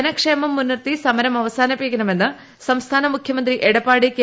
ജനക്ഷേമം മുൻനിർത്തി സമരം അവസാനിപ്പിക്കണമെന്ന് സംസ്ഥാന മുഖ്യമന്ത്രി എടപ്പാടി കെ